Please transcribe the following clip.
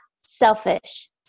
selfish